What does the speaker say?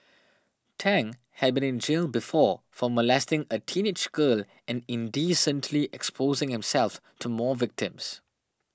Tang had been in jail before for molesting a teenage girl and indecently exposing himself to more victims